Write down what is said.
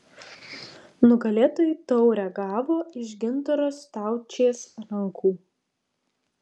nugalėtojai taurę gavo iš gintaro staučės rankų